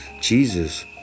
Jesus